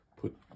put